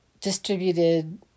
distributed